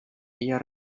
ella